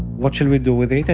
what shall we do with it? i